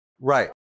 Right